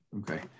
Okay